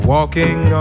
Walking